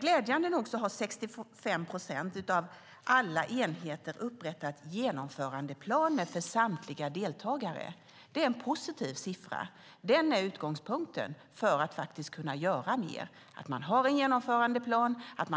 Glädjande nog har 65 procent av alla enheter upprättat genomförandeplaner för samtliga deltagare. Det är en positiv siffra. Denna plan är utgångspunkten för att kunna göra mer och